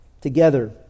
together